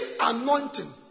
anointing